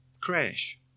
crash